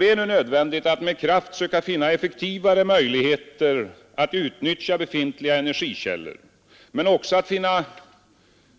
Det är nödvändigt att med kraft söka finna effektivare möjligheter att utnyttja befintliga energikällor, men också att finna